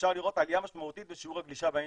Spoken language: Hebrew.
אפשר לראות עלייה משמעותית בשיעור הגלישה באינטרנט.